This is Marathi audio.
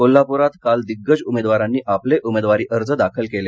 कोल्हापरात काल दिग्गज उमेदवारांनी आपले उमेदवारी अर्ज दाखल केले